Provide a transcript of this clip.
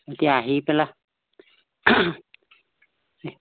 এতিয়া আহি পেলাই